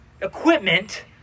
equipment